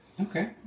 Okay